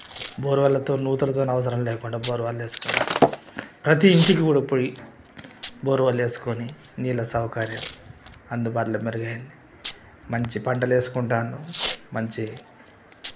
బోరువాళ్ళతో నూతులతో అవసరం లేకుండా బోరు వాళ్ళు వేసుకున్నారు ప్రతి ఇంటికి బోర్ వాళ్ళు వేసుకొని నీళ్ళ సౌకర్యం అందుబాటులోకి మెరుగైంది మంచి పంటలు వేస్కుంటాన్రు మంచి